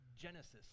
Genesis